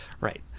Right